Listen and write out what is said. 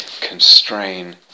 constrain